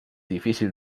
difícil